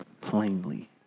plainly